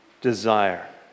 desire